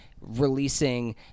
releasing